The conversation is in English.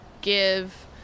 give